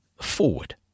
Forward